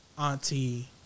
auntie